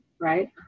right